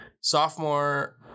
sophomore